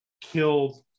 killed